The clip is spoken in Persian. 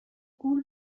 گول